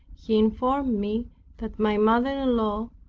he informed me that my mother-in-law,